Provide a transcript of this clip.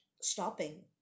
stopping